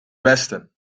westen